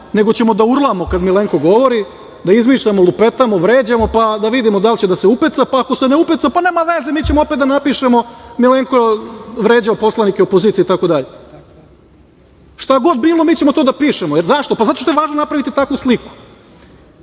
nego ćemo da urlamo kada Milenko govori, da izmišljamo, lupetamo, vređamo, pa da vidimo da li će da se upeca, pa ako se ne upeca, pa nema veze mi ćemo opet da napišemo Milenko je vređao poslanike opozicije itd. Šta god bilo mi ćemo to da pišemo, jer, zašto? Zato što je važno napraviti takvu sliku,